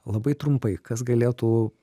labai trumpai kas galėtų